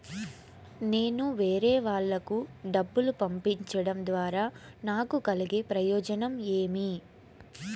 నేను వేరేవాళ్లకు డబ్బులు పంపించడం ద్వారా నాకు కలిగే ప్రయోజనం ఏమి?